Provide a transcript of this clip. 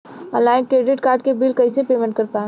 Online credit card के bill कइसे payment कर पाएम?